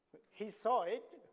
he saw it,